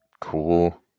Cool